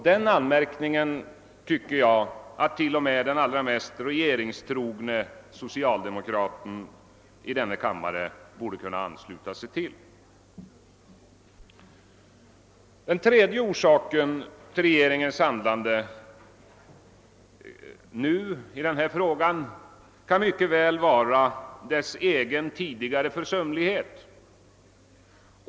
Den anmärkningen tycker jag att till och med den allra mest regeringstrogne socialdemokrat i denna kammare borde kunna ansluta sig till. Den tredje orsaken till regeringens handlande i denna fråga kan mycket väl vara dess egen tidigare försumlighet.